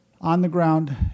on-the-ground